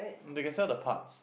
they can sell the parts